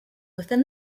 within